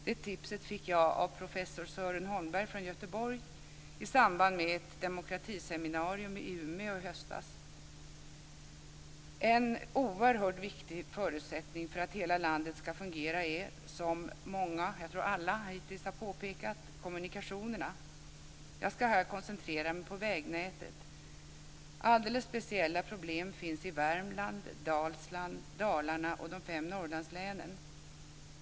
Det tipset fick jag av professor Sören Holmberg från Göteborg i samband med ett demokratiseminarium i Umeå i höstas. En oerhört viktig förutsättning för att hela landet ska fungera är som många, jag tror alla, har påpekat kommunikationerna. Jag ska här koncentrera mig på vägnätet. Alldeles speciella problem finns i Värmland, Dalsland, Dalarna och de fem Norrlandslänen.